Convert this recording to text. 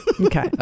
Okay